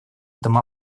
этом